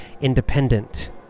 independent